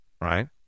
right